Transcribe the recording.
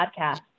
podcast